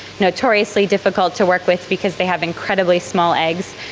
notoriously difficult to work with because they have incredibly small eggs.